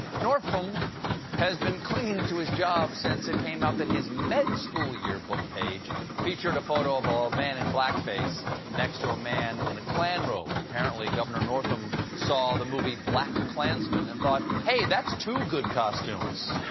northam has been clinging to his job since it came out that his med school yearbook page featured a photo of ah a man in blackface next to a man in a klan robe. apparently, governor northam saw the movie blackkklansman and thought, hey, that's two good costumes.